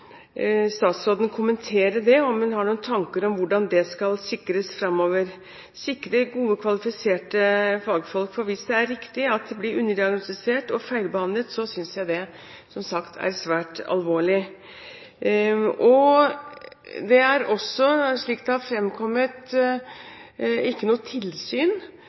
statsråden kommentere dette, om hun har noen tanker om hvordan dette skal sikres fremover – sikre gode, kvalifiserte fagfolk. Hvis det er riktig at det blir underdiagnostisert og feilbehandlet, synes jeg som sagt det er svært alvorlig. Det er heller ikke – slik det har fremkommet – noe tilsyn